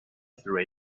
through